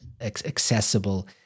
accessible